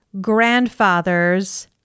Grandfather's